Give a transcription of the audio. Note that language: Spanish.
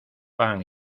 pan